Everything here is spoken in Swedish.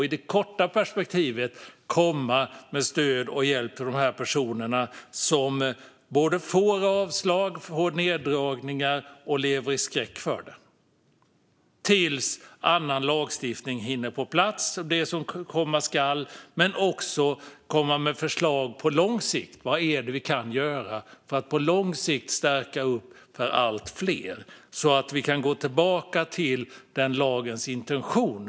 I det korta perspektivet kan man komma med stöd och hjälp till de här personerna, som får avslag eller neddragningar eller lever i skräck för det, tills man hinner få på plats annan lagstiftning och övrigt som komma skall. Man kan också komma med förslag på lång sikt - vad kan vi göra för att på lång sikt stärka upp för allt fler, så att vi kan gå tillbaka till lagens intention?